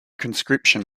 conscription